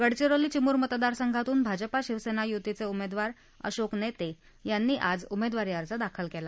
गडचिरोली चिमूर मतदारसंघातून भाजपा शिवसेना युतीचे उमेदवार अशोक नेते यांनीआज उमेदवारी अर्ज दाखल केला